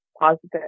positive